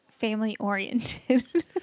family-oriented